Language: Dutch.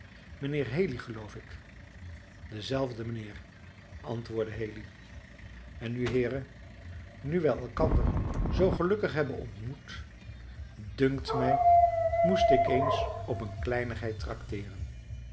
mijnheer haley geloof ik dezelfde mijnheer antwoordde haley en nu heeren nu wij elkander zoo gelukkig hebben ontmoet dunkt mij moest ik eens op een kleinigheid trakteeren